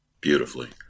beautifully